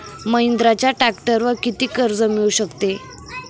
महिंद्राच्या ट्रॅक्टरवर किती कर्ज मिळू शकते?